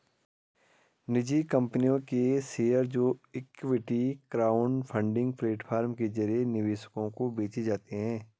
निजी कंपनियों के शेयर जो इक्विटी क्राउडफंडिंग प्लेटफॉर्म के जरिए निवेशकों को बेचे जाते हैं